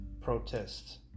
protests